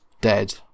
dead